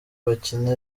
bakina